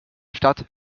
stadt